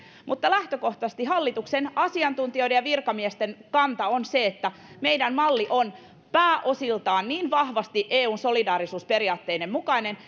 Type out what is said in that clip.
mutta lähtökohtaisesti hallituksen asiantuntijoiden ja virkamiesten kanta on se että meidän mallimme on pääosiltaan niin vahvasti eun solidaarisuusperiaatteiden mukainen